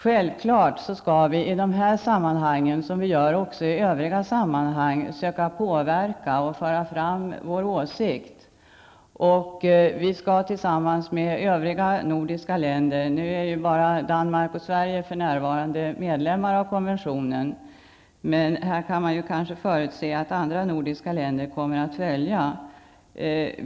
Självfallet skall vi i detta liksom i andra sammanhang försöka föra fram vår åsikt och söka påverka. För närvarande är bara Danmark och Sverige medlemmar av konventionen, men vi kan kanske förutse att även andra nordiska länder blir medlemmar.